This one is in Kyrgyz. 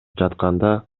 жатканда